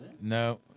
No